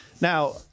Now